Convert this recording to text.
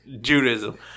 Judaism